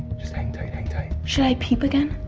just hang tight, hang tight. should i peep again?